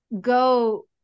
go